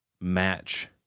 match